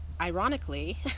ironically